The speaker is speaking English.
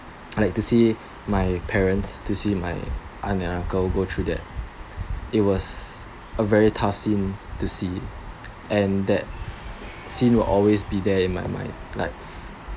like to see my parents to see my aunt and uncle go through that it was a very tough scene to see and that scene will always be there in my mind like